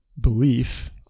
belief